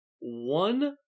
one